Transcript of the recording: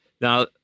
now